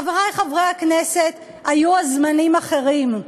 חברי חברי הכנסת, היו אז זמנים אחרים.